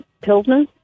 Pilsner